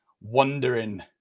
wondering